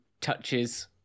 touches